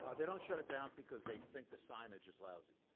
ah they don't shut it down because they think the signage is lousy.